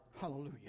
Hallelujah